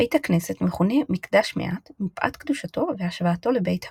בית הכנסת מכונה "מקדש מעט" מפאת קדושתו והשוואתו לבית המקדש.